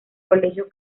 colegio